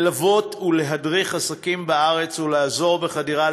ללוות ולהדריך עסקים בארץ ולעזור בחדירה